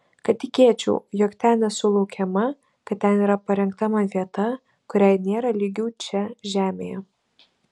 kad tikėčiau jog ten esu laukiama kad ten yra parengta man vieta kuriai nėra lygių čia žemėje